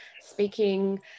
speaking